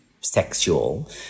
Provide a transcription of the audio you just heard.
sexual